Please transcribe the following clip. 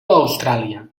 austràlia